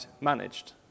managed